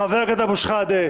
חבר הכנסת אבו שחאדה,